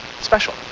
special